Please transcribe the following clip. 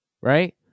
right